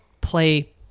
play